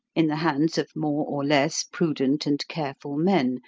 in the hands of more or less prudent and careful men,